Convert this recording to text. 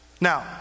Now